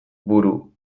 buru